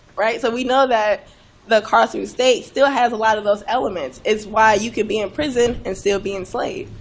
so we know that the carceral state still has a lot of those elements. it's why you could be in prison and still be enslaved.